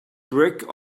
brick